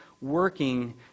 working